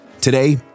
Today